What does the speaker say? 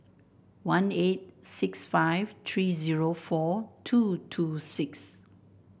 one eight six five three zero four two two six